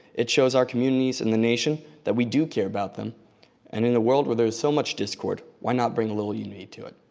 it shows our communities in the nation that we do care about them and in a world where there is so much discord, why not bring a little unity to it,